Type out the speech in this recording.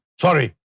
Sorry